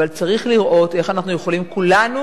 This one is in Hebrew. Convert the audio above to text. אבל צריך לראות איך אנחנו יכולים כולנו